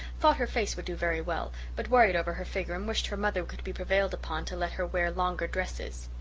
thought her face would do very well, but worried over her figure, and wished her mother could be prevailed upon to let her wear longer dresses.